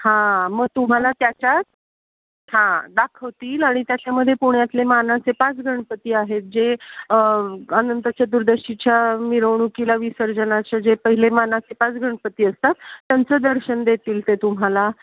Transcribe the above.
हां मग तुम्हाला त्याच्यात हां दाखवतील आणि त्याच्यामध्ये पुण्यातले मानाचे पाच गणपती आहेत जे अनंत चतुर्दशीच्या मिरवणूकीला विसर्जनाचे जे पहिले मानाचे पाच गणपती असतात त्यांचं दर्शन देतील ते तुम्हाला